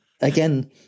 again